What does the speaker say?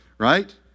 Right